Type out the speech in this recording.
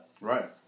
Right